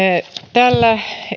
tällä